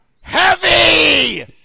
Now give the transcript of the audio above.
heavy